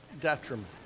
detriment